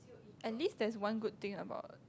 at least there's one good thing about